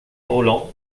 rolland